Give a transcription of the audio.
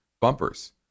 bumpers